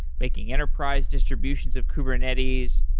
making enterprise distributions of kubernetes.